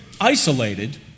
isolated